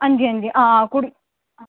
अंजी अंजी आं कुड़ी